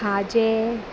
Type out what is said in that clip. खाजें